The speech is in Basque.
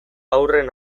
haurren